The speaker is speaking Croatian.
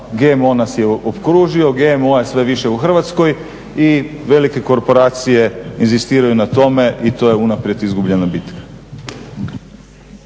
GMO nas je okružio, GMO-a je sve više u Hrvatskoj i velike korporacije inzistiraju na tome i to je unaprijed izgubljena bitka.